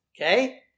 okay